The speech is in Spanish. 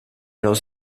los